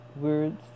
words